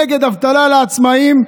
נגד אבטלה לעצמאים.